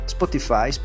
Spotify